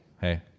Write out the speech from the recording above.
Hey